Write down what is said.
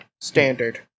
standard